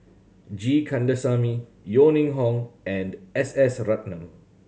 G Kandasamy Yeo Ning Hong and S S Ratnam